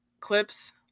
Clips